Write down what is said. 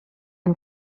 and